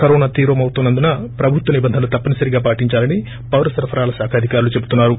corona తీవ్రమవుతున్నందున ప్రభుత్వ నిబంధనలు తప్పనిసరిగా పాటించాలని పౌరసరఫరాల శాఖ అధికారులు చెబుతున్నారు